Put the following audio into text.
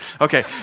Okay